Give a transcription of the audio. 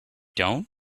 down